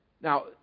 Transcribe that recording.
Now